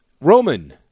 Roman